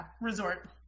resort